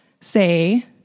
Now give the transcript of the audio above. say